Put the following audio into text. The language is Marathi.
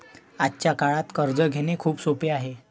आजच्या काळात कर्ज घेणे खूप सोपे आहे